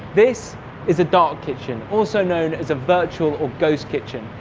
this is a dark kitchen, also known as a virtual, or ghost kitchen.